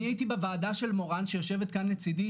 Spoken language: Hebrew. אני הייתי בוועדה של מורן שיושבת כאן לצידי